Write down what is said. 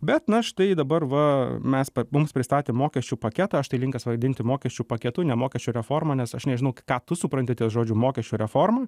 bet na štai dabar va mes mums pristatė mokesčių paketą aš tai linkęs vadinti mokesčių paketu ne mokesčių reforma nes aš nežinau ką tu supranti ties žodžiu mokesčių reforma